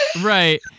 Right